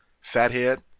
Fathead